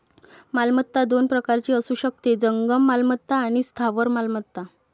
मालमत्ता दोन प्रकारची असू शकते, जंगम मालमत्ता आणि स्थावर मालमत्ता